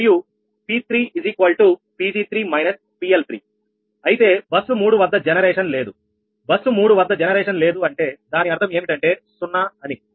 𝑃3 𝑃𝑔3 − 𝑃𝐿3అయితే బస్సు 3 వద్ద జనరేషన్ లేదుబస్సు 3 వద్ద జనరేషన్ లేదు అంటే దాని అర్థం ఏమిటంటే 0